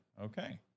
okay